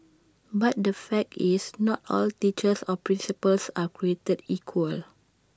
but the fact is not all teachers or principals are created equal